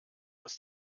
aus